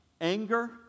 anger